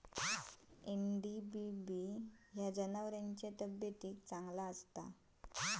NDBB जनावरांच्या तब्येतीक चांगला असता